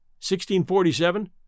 1647